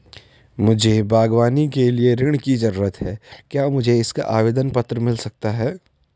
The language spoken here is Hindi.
मुझे बागवानी के लिए ऋण की ज़रूरत है क्या मुझे इसका आवेदन पत्र मिल सकता है?